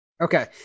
Okay